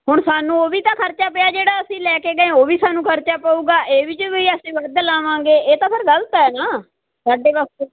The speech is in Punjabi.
ਹੁਣ ਸਾਨੂੰ ਉਹ ਵੀ ਤਾਂ ਖਰਚਾ ਪਿਆ ਜਿਹੜਾ ਅਸੀਂ ਲੈ ਕੇ ਗਏ ਉਹ ਵੀ ਸਾਨੂੰ ਖਰਚਾ ਪਊਗਾ ਇਹ ਵੀ ਜੇ ਵੀ ਅਸੀਂ ਗਲਤ ਲਾਵਾਂਗੇ ਇਹ ਤਾਂ ਫਿਰ ਗਲਤ ਹੈ ਨਾ ਸਾਡੇ ਵਾਸਤੇ